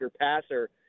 passer